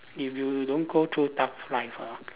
if you don't go through tough life ah